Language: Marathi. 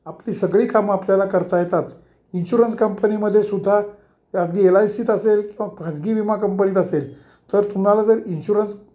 आपली सगळी कामं आपल्याला करता येतात इन्शुरन्स कंपनीमध्ये सुद्धा अगदी एल आय सीत असेल किंवा खाजगी विमा कंपनीत असेल तर तुम्हाला जर इन्शुरन्स